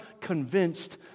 convinced